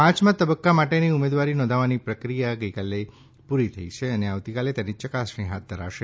પાંચમા તબક્કા માટેની ઉમેદવારી નોધાવવાની પ્રક્રિયા ગઇકાલે પૂરી થઇ છે અને આવતીકાલે તેની ચકાસણી હાથ ધરવામાં આવશે